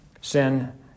sin